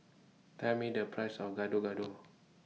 Tell Me The Price of Gado Gado